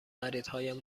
خریدهایم